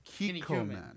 Kikoman